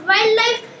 Wildlife